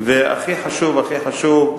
והכי חשוב,